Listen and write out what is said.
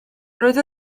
roedd